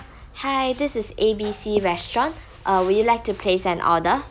hi this is A B C restaurant uh would you like to place an order